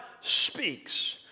speaks